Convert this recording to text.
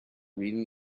reading